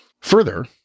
Further